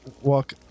walk